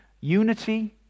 Unity